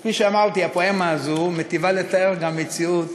כפי שאמרתי, הפואמה הזו מיטיבה לתאר גם מציאות